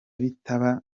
bitaba